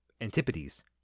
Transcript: Antipodes